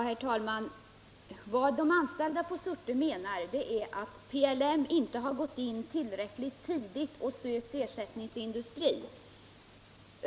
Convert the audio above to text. Herr talman! De anställda på Surte Glasbruk menar att PELM inte tillräckligt tidigt har börjat söka efter ersättningsindustri.